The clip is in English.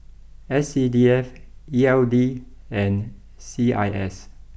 S C D F E L D and C I S